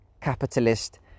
capitalist